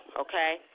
okay